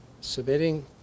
submitting